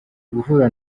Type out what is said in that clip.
guhura